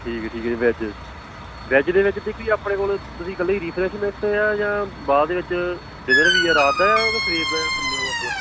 ਠੀਕ ਠੀਕ ਹੈ ਜੀ ਵੈਜ ਵੈਜ ਦੇ ਵਿੱਚ ਦੇਖੋ ਜੀ ਆਪਣੇ ਕੋਲ ਤੁਸੀਂ ਇਕੱਲੇ ਹੀ ਰੀਫਰੈਸ਼ਮੈਂਟ ਆ ਜਾਂ ਬਾਅਦ ਦੇ ਵਿੱਚ ਡਿਨਰ ਵੀ ਹੈ ਰਾਤ ਦਾ ਹੈ ਜਾਂ ਸਵੇਰ ਦਾ ਪ੍ਰੋਗਰਾਮ ਆਪਣਾ